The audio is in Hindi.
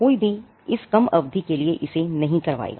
कोई भी इस कम अवधि के लिए नहीं इसे नहीं करवाएगा